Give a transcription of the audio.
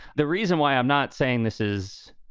the reason why i'm not saying this is